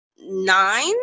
nine